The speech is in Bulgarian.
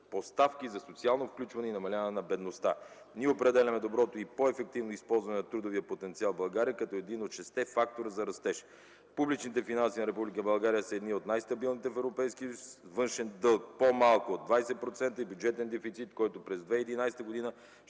предпоставки за социално включване и намаляване на бедността. Ние определяме доброто и по-ефективно използване на трудовия потенциал в България като един от 6 те фактора за растеж. Публичните финанси на Република България са едни от най-стабилните в Европейския съюз – външен дълг по-малко от 20% и бюджетен дефицит, който през 2011 г.